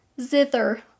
zither